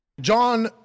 John